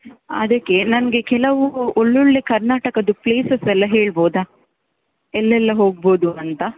ಅದಕ್ಕೆ ನನಗೆ ಕೆಲವು ಒಳ್ಳೊಳ್ಳೆ ಕರ್ನಾಟಕದ್ದು ಪ್ಲೇಸಸ್ಸೆಲ್ಲ ಹೇಳಬಹುದಾ ಎಲ್ಲೆಲ್ಲ ಹೋಗಬಹುದು ಅಂತ